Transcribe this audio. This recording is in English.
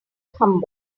humble